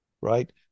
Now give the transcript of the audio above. right